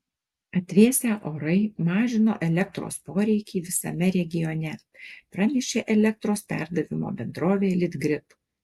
atvėsę orai mažino elektros poreikį visame regione pranešė elektros perdavimo bendrovė litgrid